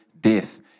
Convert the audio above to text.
death